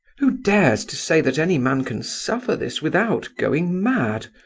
who dares to say that any man can suffer this without going mad?